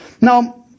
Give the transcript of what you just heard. Now